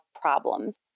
problems